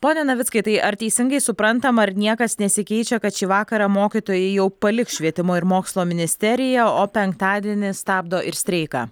pone navickai tai ar teisingai suprantam ar niekas nesikeičia kad šį vakarą mokytojai jau paliks švietimo ir mokslo ministeriją o penktadienį stabdo ir streiką